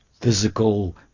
physical